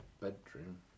bedroom